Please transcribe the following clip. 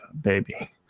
baby